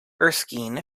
erskine